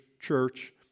church